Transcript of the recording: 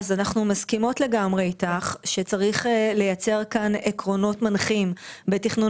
אנחנו לגמרי מסכימות אתך שצריך לייצר כאן עקרונות מנחים בתכנון